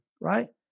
Right